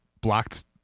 blocked